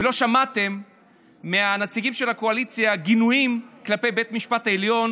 לא שמעתם מהנציגים של הקואליציה גינויים כלפי בית המשפט העליון